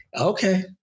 Okay